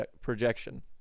projection